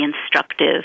instructive